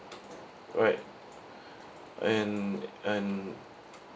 alright and and